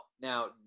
now